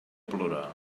plorar